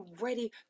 ready